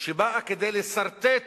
באה לסרטט